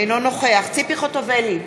אינו נוכח ציפי חוטובלי,